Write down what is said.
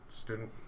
Student